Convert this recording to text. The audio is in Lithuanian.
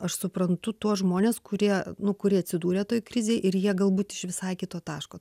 aš suprantu tuos žmones kurie nu kurie atsidūrė toj krizėj ir jie galbūt iš visai kito taško